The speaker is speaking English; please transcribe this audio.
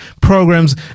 programs